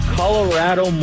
colorado